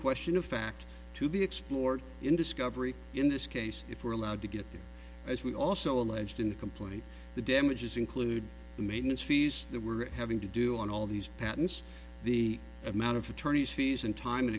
question of fact to be explored in discovery in this case if we're allowed to get as we also alleged in the complaint the damages include the maintenance fees that we're having to do on all these patents the amount of attorney's fees and time and